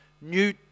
New